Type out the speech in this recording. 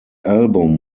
album